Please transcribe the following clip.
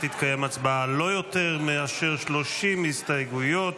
תתקיים הצבעה על לא יותר מאשר 30 הסתייגויות.